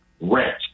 rent